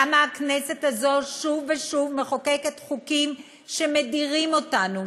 למה הכנסת הזאת שוב ושוב מחוקקת חוקים שמדירים אותנו,